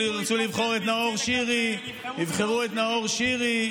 ירצו לבחור את נאור שירי, יבחרו את נאור שירי.